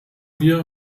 wir